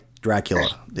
dracula